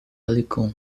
alicuno